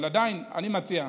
אבל עדיין, אני מציע,